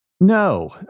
No